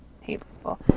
hateful